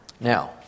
Now